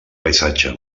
paisatge